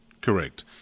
Correct